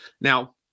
Now